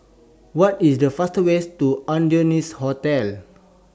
What IS The faster ways to Adonis Hotel